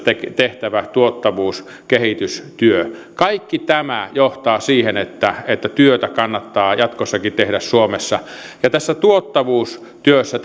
tehtävä tuottavuuskehitystyö kaikki tämä johtaa siihen että että työtä kannattaa jatkossakin tehdä suomessa tässä tuottavuustyössä